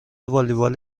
والیبال